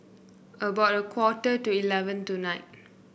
about a quarter to eleven tonight